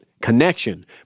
connection